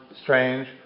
strange